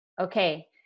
okay